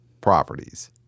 properties